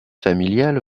familiale